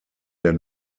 der